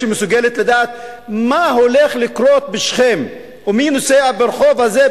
שמסוגלת לדעת מה הולך לקרות בשכם או מי נוסע ברחוב הזה,